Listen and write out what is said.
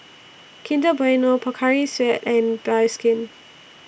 Kinder Bueno Pocari Sweat and Bioskin